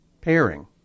pairing